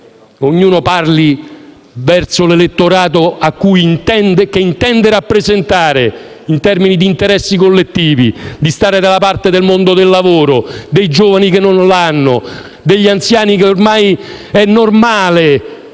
Ognuno parli all'elettorato che intende rappresentare in termini di interessi collettivi, di stare dalla parte del mondo del lavoro, dei giovani che non lo hanno, degli anziani per i quali,